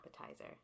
appetizer